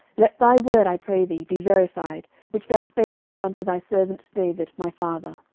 let thy word, i pray thee, be verified, which thou spakest unto thy servant david my father.